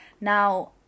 Now